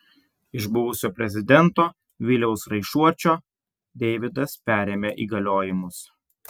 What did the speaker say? iš buvusio prezidento viliaus raišuočio deividas perėmė įgaliojimus